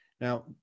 Now